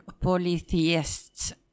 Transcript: polytheists